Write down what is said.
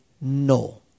no